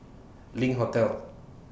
LINK Hotel